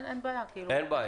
אין בעיה מבחינתנו.